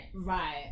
Right